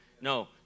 No